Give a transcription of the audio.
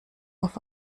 auf